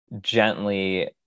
gently